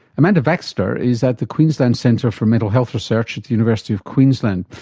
amanda baxter is at the queensland centre for mental health research at the university of queensland.